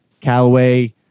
Callaway